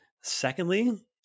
Secondly